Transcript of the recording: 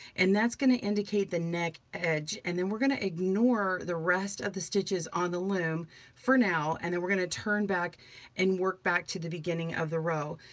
and that's gonna indicate the neck edge, and then we're gonna ignore the rest of the stitches on the loom for now, and then we're going to turn back and work back to the beginning of the row.